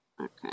Okay